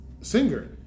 singer